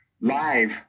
live